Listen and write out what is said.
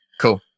Cool